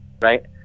right